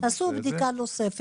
עושה את זה --- תעשו בדיקה נוספת.